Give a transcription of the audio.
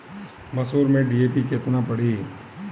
मसूर में डी.ए.पी केतना पड़ी?